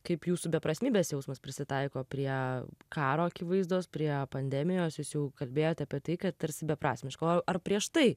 kaip jūsų beprasmybės jausmas prisitaiko prie karo akivaizdos prie pandemijos jūs jau kalbėjote apie tai kad tarsi beprasmiška o ar prieš tai